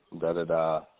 da-da-da